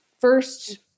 first